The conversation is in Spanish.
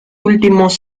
últimos